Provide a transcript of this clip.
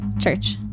church